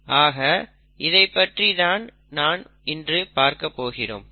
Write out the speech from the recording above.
ஆக இதைப் பற்றி தான் நாம் இன்று பார்க்கப் போகிறோம்